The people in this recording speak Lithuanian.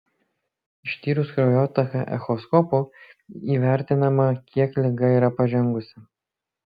ištyrus kraujotaką echoskopu įvertinama kiek liga yra pažengusi